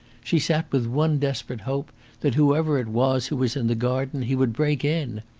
she sat with one desperate hope that, whoever it was who was in the garden, he would break in.